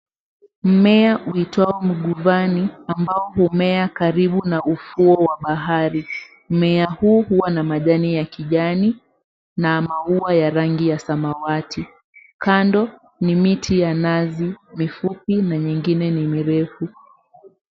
Mmea huitwa mguvani, ambao humea karibu na ufuo wa bahari. Mmea huu huwa na majani ya kijani, na maua ya rangi ya samawati. Kando ni miti ya nazi, mifupi na nyingine ni mirefu.